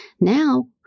Now